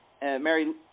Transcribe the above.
Mary